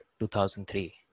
2003